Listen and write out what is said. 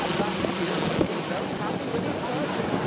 that idiot is very happy with his purchase.